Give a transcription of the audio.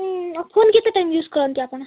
ହୁଁ ଆଉ ଫୋନ୍ କେତେ ଟାଇମ୍ ୟୁଜ୍ କରନ୍ତି ଆପଣ